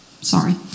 Sorry